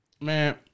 Man